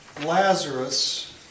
Lazarus